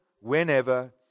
whenever